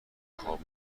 خواب